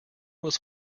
was